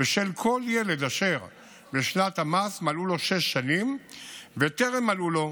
בשל כל ילד אשר בשנת המס מלאו לו שש שנים וטרם מלאו לו